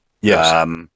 Yes